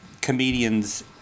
comedians